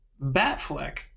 batfleck